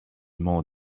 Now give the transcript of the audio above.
more